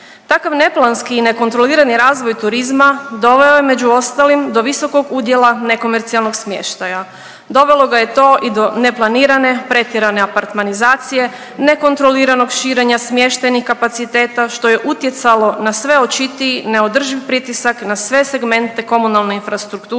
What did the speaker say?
Takav neplanski i nekontrolirani razvoj turizma doveo je među ostalim do visokog udjela nekomercijalnog smještaja, dovelo ga je to i do neplanirane pretjerane apartmanizacije, nekontroliranog širenja smještajnih kapaciteta što je utjecalo na sve očitiji neodrživ pritisak na sve segmente komunalne infrastrukture